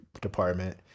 department